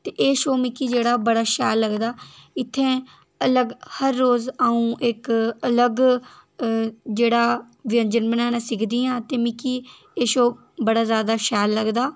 ते एह् शो मिगी जेह्ड़ा बड़ा शैल लगदा इत्थै अलग हर रोज अ'ऊं इक अलग जेह्ड़ा व्यंजन बनाना सिखदी आं ते मिगी एह् शोऽ बड़ा जैदा शैल लगदा